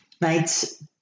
mates